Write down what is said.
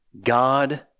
God